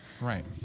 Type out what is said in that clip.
right